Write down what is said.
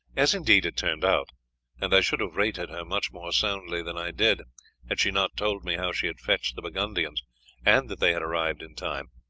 as indeed it turned out and i should have rated her much more soundly than i did had she not told me how she had fetched the burgundians and that they had arrived in time.